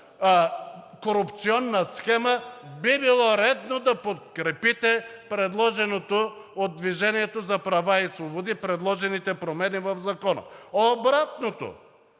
корупционна схема, би било редно да подкрепите предложените от „Движение за права и свободи“ промени в Закона. Обратното,